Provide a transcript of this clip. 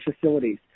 facilities